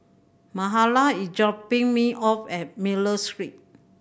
Mahala is dropping me off at Miller Street